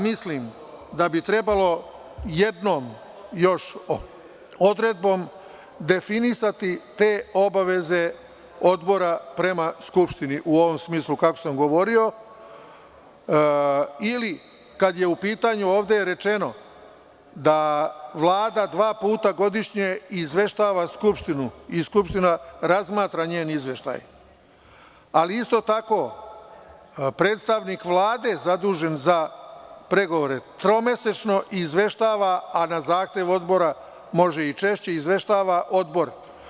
Mislim da bi trebalo još jednom odredbom definisati te obaveze Odbora prema Skupštini u ovom smislu, kako sam govorio ili kada je ovde rečeno da Vlada dva puta godišnje izveštava Skupštinu, i Skupština razmatra njen izveštaj, ali isto tako predstavnik Vlade zadužen za pregovore tromesečno izveštava, a na zahtev Odbora, može i češće izveštava Odbor.